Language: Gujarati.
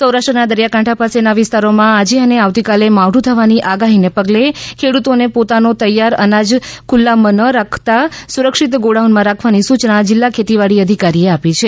સૌરાષ્ટ્રના દરિયાકાંઠા પાસેના વિતારોમાં આજે અને આવતીકાલે માવઠું થવાની આગાહીના પગે ખેડૂતોએ પોતાનો તૈયાર અનાજ ખુલ્લામાં ન રાખતાં રક્ષિત ગોડાઉનમાં રાખવાની સૂચના જીલ્લા ખેતીવાડી અધિકારીએ આપી છે